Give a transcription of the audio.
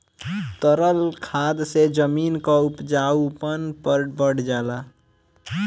तरल खाद से जमीन क उपजाऊपन बढ़ जाला